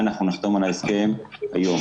אנחנו נחתום על ההסכם היום.